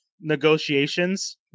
Negotiations